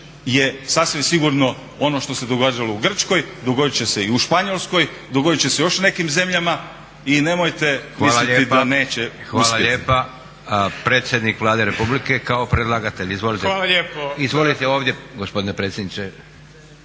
je sasvim sigurno ono što se događalo u Grčkoj, dogodit će se i u Španjolskoj, dogodit će se u još nekim zemljama i nemojte misliti da neće uspjeti. **Leko, Josip (SDP)** Hvala lijepa. Predsjednik Vlade Republike kao predlagatelj. Izvolite, imate pet minuta.